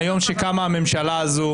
מיום שקמה הממשלה הזו.